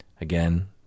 Again